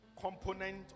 component